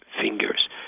fingers